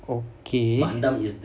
okay